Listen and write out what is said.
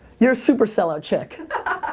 you're a super sell out chick.